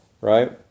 right